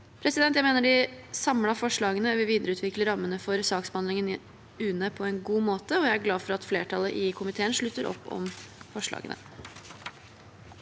i sakene. Jeg mener de samlede forslagene vil videreutvikle rammene for saksbehandlingen i UNE på en god måte. Jeg er glad for at flertallet i komiteen slutter opp om forslagene.